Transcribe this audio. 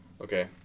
Okay